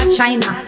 China